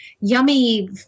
yummy